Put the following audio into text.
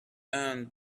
end